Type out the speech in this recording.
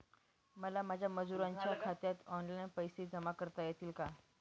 मला माझ्या मजुरांच्या खात्यात ऑनलाइन पैसे जमा करता येतील का?